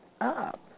up